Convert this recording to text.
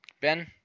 Ben